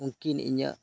ᱩᱱᱠᱤᱱ ᱤᱧᱟᱹᱜ